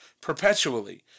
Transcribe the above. perpetually